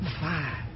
Five